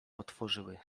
otworzyły